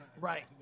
Right